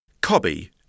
Cobby